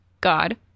God